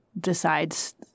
decides